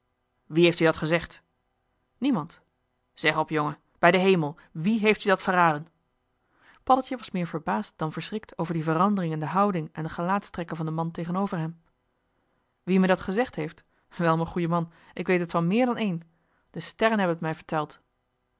wie heeft je dat gezegd niemand zeg op jongen bij den hemel wie heeft je dat verraden paddeltje was meer verbaasd dan verschrikt over die verandering in de houding en de gelaatstrekken van den man tegenover hem wie mij dat gezegd heeft wel m'n goeie man ik weet het van meer dan één de sterren hebben t mij verteld